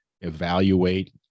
evaluate